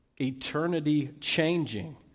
eternity-changing